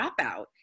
dropout